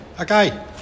Okay